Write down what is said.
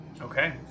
Okay